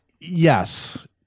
Yes